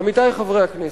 עמיתי חברי הכנסת,